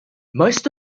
most